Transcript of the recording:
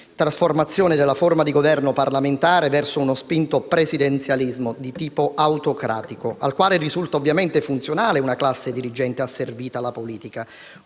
trasformazione della forma di Governo parlamentare verso uno spinto presidenzialismo di tipo autocratico, al quale risulta ovviamente funzionale una classe dirigente asservita alla politica.